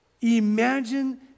Imagine